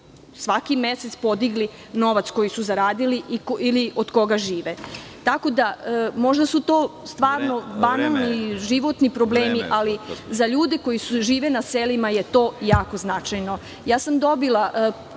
svaki mesec podigli novac koji su zaradili ili od koga žive. Tako da možda su to stvarno banalni životni problemi, ali za ljude koji žive na selima je jako značajno. Dobila